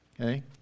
okay